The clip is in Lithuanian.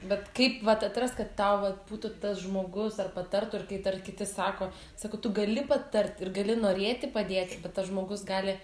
bet kaip vat atrast kad tau vat būtų tas žmogus ar patartų ir kai dar kiti sako sako tu gali patart ir gali norėti padėti bet tas žmogus gali